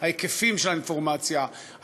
ההיקפים של האינפורמציה,